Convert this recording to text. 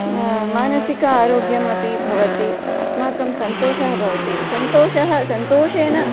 मानसिक आरोग्यमपि भवति अस्माकं सन्तोषः भवति सन्तोषः सन्तोषेण